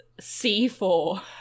C4